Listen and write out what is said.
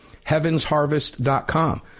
HeavensHarvest.com